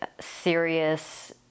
serious